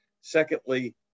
Secondly